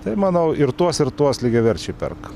tai manau ir tuos ir tuos lygiaverčiai perk